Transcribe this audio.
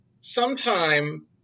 sometime